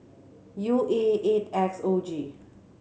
U A eight X O G